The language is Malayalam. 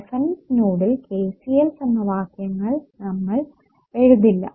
റഫറൻസ് നോഡിൽ KCL സമവാക്യം നമ്മൾ എഴുതില്ല